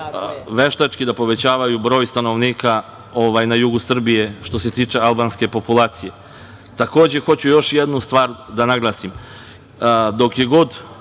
veštački broj stanovnika na jugu Srbije, što se tiče albanske populacije. Takođe, hoću još jednu stvar da naglasim, dok je god